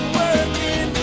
working